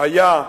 היה,